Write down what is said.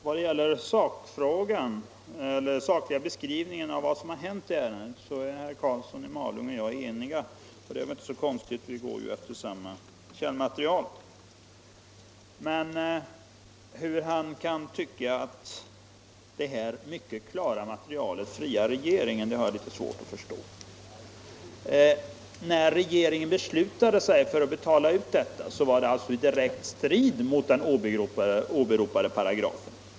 Herr talman! Vad gäller den sakliga beskrivningen över vad som har hänt i ärendet är herr Karlsson i Malung och jag eniga, och det är inte så konstigt eftersom vi har samma källmaterial. Jag har emellertid svårt att förstå att herr Karlsson i Malung kan tycka att detta friar regeringen. Regeringens beslut att betala ut dessa medel var ju helt i strid mot den åberopade paragrafen.